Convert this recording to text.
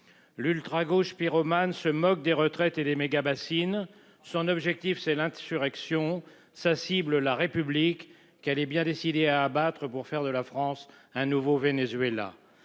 l'ultragauche pyromane se moque des retraites et les mégabassines. Son objectif c'est l'insurrection sa cible la République qu'elle est bien décidé à abattre pour faire de la France un nouveau Venezuela.